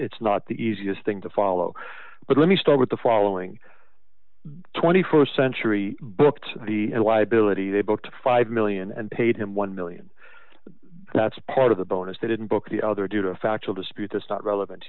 it's not the easiest thing to follow but let me start with the following st century books and why ability the book to five million and paid him one million that's part of the bonus they didn't book the other due to factual dispute just not relevant